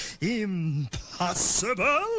impossible